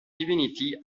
divinity